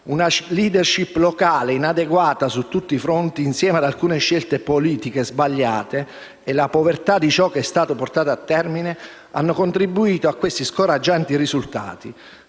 Una *leadership* locale inadeguata su tutti i fronti, insieme ad alcune scelte politiche sbagliate (e la povertà di ciò che è stato portato a termine) hanno contribuito a questi scoraggianti risultati.